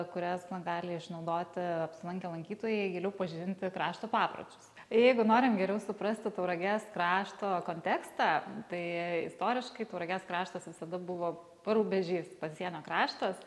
kurias na gali išnaudoti apsilankę lankytojai giliau pažinti krašto papročius jeigu norim geriau suprasti tauragės krašto kontekstą tai istoriškai tauragės kraštas visada buvo parubežys pasienio kraštas